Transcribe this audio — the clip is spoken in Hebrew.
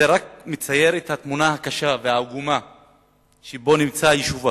זה רק מצייר את התמונה הקשה והעגומה שבה נמצא היישוב הדרוזי.